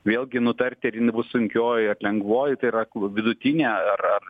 vėlgi nutarti ar jinai bus sunkioji ar lengvoji tai yra ku vidutinė ar ar